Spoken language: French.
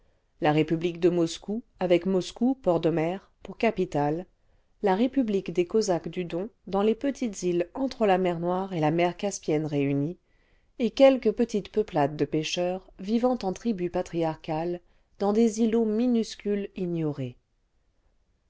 la république de moscou avec moscou port de mer pour capitale là république des cosaques du don dans les petites îles entre la mer noire et la mer caspienne réunies et quelques petites peuplades de pêcheurs vivant en tribus patriarcales dans des îlots minuscules ignorés